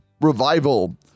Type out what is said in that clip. revival